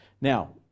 Now